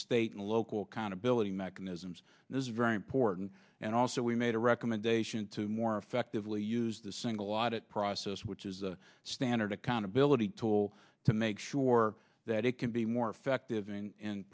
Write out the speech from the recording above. state and local kind ability mechanisms is very important and also we made a recommendation to more effectively use the single audit process which is a standard accountability tool to make sure that it can be more effective in